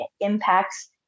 impacts